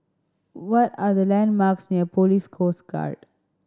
what are the landmarks near Police Coast Guard